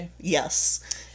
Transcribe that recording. Yes